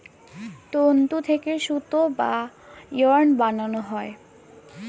তন্তু থেকে সুতা বা ইয়ার্ন বানানো হয়